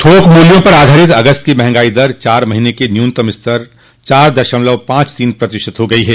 थोक मूल्यों पर आधारित अगस्त की महंगाई दर चार महीने के न्यूनतम स्तर चार दशमलव पांच तीन प्रतिशत हो गई है